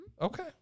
Okay